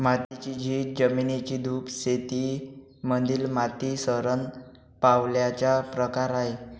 मातीची झीज, जमिनीची धूप शेती मधील माती शरण पावल्याचा प्रकार आहे